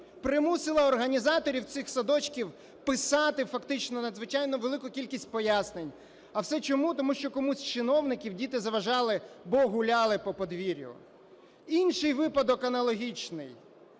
примусила організаторів цих садочків писати фактично надзвичайно велику кількість пояснень. А все чому? Тому що комусь з чиновників діти заважали, бо гуляли по подвір'ю. Інший випадок аналогічний.